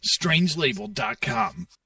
Strangelabel.com